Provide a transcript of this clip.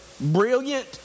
brilliant